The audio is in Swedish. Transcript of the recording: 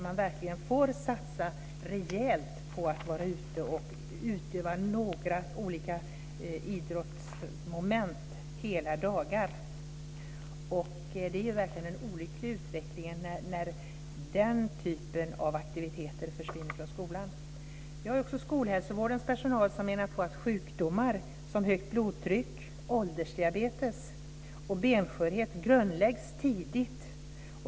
Man ska kunna satsa rejält på att vara ute och utöva några olika idrottsmoment hela dagar. Det är verkligen en olycklig utveckling när den typen av aktiviteter försvinner från skolan. Skolhälsovårdens personal menar att sjukdomar som högt blodtryck, åldersdiabetes och benskörhet grundläggs tidigt.